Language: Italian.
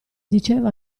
diceva